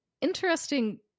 interesting